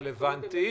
רלוונטי.